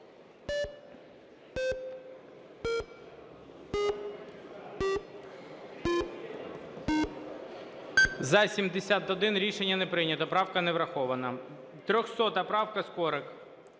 За-71 Рішення не прийнято. Правка не врахована. 300 правка, Скорик.